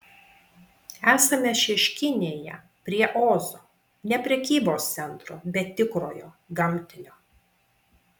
esame šeškinėje prie ozo ne prekybos centro bet tikrojo gamtinio